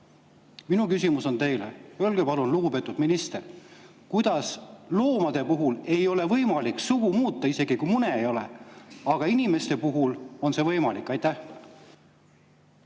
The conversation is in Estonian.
Minu küsimus on teile see. Öelge palun, lugupeetud minister, kuidas loomade puhul ei ole võimalik sugu muuta, isegi kui mune ei ole, aga inimeste puhul on see võimalik. Aitäh